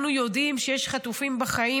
אנחנו יודעים שיש חטופים בחיים.